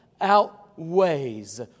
outweighs